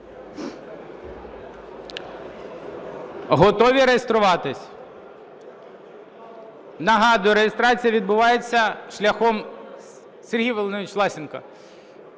Готові реєструватись? Нагадую: реєстрація відбувається шляхом (Сергій Володимирович Власенко,